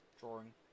drawing